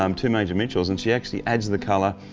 um two major mitchell's and she actually adds the color,